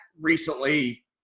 recently